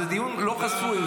זה דיון לא חסוי,